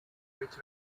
which